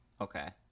Okay